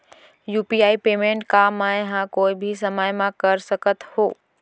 UPI payment का मैं ह कोई भी समय म कर सकत हो?